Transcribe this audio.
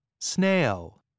snail